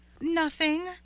Nothing